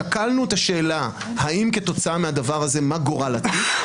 שקלנו את השאלה כתוצאה מהדבר הזה מה גורל התיק.